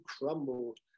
crumbled